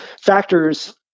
factors